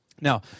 Now